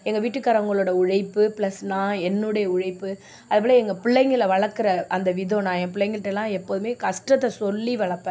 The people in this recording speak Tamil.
எங்கள் வீட்டுக்காரங்களோட உழைப்பு ப்ளஸ் நான் என்னுடைய உழைப்பு அதுபோல் எங்கள் பிள்ளைங்கள வளக்கிற அந்த விதம் நான் என் பிள்ளைங்களுட்டலாம் எப்போதும் கஷ்டத்தை சொல்லி வளர்ப்பேன்